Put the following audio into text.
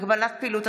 הגבלת פעילות),